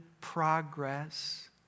progress